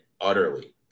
utterly